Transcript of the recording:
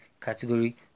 category